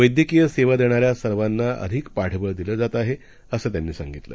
वैद्यकीय सेवा देणाऱ्या सर्वांना अधिक पाठबळ दिलं जात आहे असं त्यांनी सांगितलं